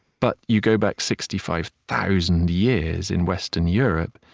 but you go back sixty five thousand years in western europe,